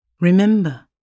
Remember